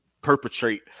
perpetrate